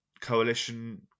coalition